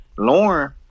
Lauren